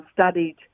studied